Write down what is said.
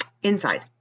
Inside